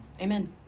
Amen